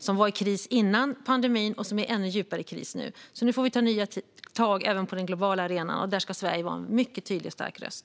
WTO var i kris före pandemin, och man är i en ännu djupare kris nu. Nu får vi ta nya tag även på den globala arenan, och där ska Sverige vara en tydlig och stark röst.